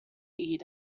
eat